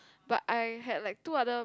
but I had like two other